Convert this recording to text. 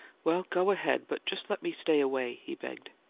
well, go ahead, but just let me stay away, he begged.